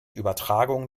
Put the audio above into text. übertragung